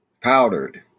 powdered